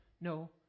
no